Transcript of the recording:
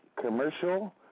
commercial